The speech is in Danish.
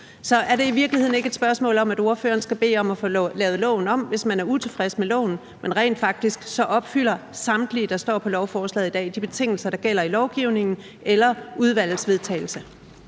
Så er det i virkeligheden ikke et spørgsmål om, at ordføreren skal bede om at få lavet loven om, hvis man er utilfreds med loven? Men rent faktisk opfylder samtlige, der står på lovforslaget i dag, de betingelser, der gælder i lovgivningen, eller er godkendt